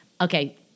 Okay